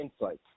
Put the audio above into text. insights